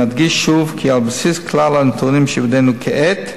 נדגיש שוב כי על בסיס כלל הנתונים שבידינו כעת,